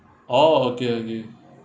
oh okay okay